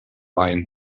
ein